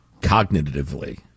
cognitively